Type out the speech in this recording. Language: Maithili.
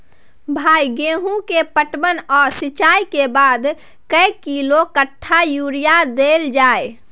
भाई गेहूं के पटवन आ सिंचाई के बाद कैए किलोग्राम कट्ठा यूरिया देल जाय?